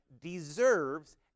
deserves